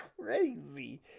crazy